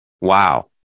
Wow